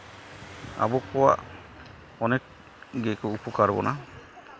ᱟᱵᱚ ᱠᱚᱣᱟᱜ ᱚᱱᱮᱠ ᱜᱮᱠᱚ ᱩᱯᱚᱠᱟᱨ ᱵᱚᱱᱟ